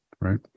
right